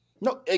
No